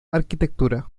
arquitectura